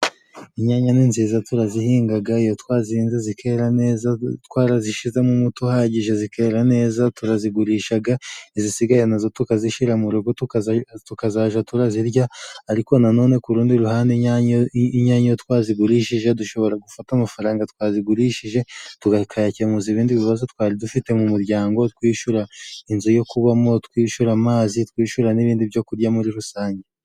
Inyanya ni nziza turazihingaga iyo twazinze zikera neza twarazishizemo um uhagije zikera neza, turazigurishaga. Izisigaye nazo tukazishyira mu rugo tukazaja turazirya, ariko na none ku rundi ruhande, inyanya iyo twazigurishije, dushobora gufata amafaranga twazigurishije tukayakemuza ibindi bibazo twari dufite mu muryango. Twishyura inzu yo kubamo, twishyura amazi, twishyura n'ibindi byo kurya muri rusange.